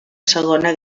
segona